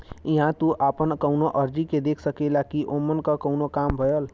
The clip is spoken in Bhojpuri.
इहां तू आपन कउनो अर्जी के देख सकेला कि ओमन क काम भयल